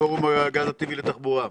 פורום הגז הטבעי לתחבורה.